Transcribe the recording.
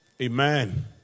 amen